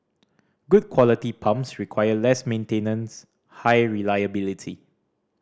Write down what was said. good quality pumps require less maintenance high reliability